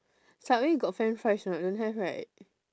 subway got french fries or not don't have right